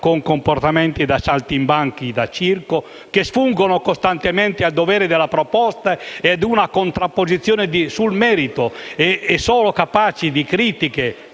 con comportamenti da saltimbanchi e da circo, che sfuggono costantemente al dovere della proposta e ad una contrapposizione sul merito, essendo solo capaci di critiche